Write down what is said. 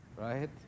right